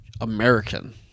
American